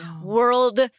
world